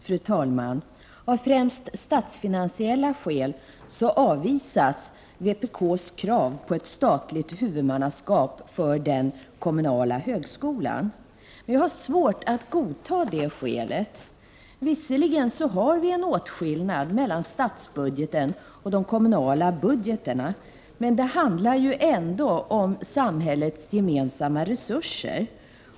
Fru talman! Av främst statsfinansiella skäl avvisas vpk:s krav på statligt huvudmannaskap för den kommunala högskolan. Jag har svårt att godta det skälet. Visserligen är det en åtskillnad mellan statsbudgeten och de kommunala budgetarna, men det handlar ändå om samhällets gemensamma resurser.